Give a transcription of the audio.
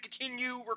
continue